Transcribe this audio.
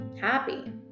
happy